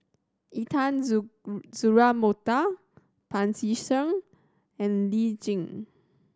Intan Mokhtar Pancy Seng and Lee Tjin